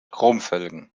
chromfelgen